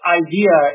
idea